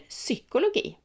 psykologi